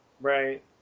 right